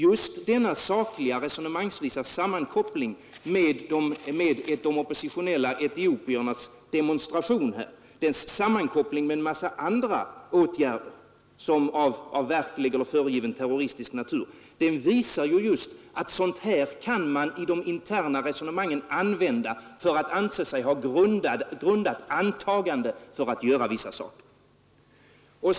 Just denna sakliga sammankoppling resonemangsvis av de oppositionella etiopernas demonstration med en mängd andra åtgärder av verklig eller föregiven terroristisk natur visar just att man kan använda detta i de interna resonemangen för att anse sig ha grundat antagande och kunna vidta vissa åtgärder.